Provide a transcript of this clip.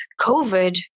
COVID